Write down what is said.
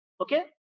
okay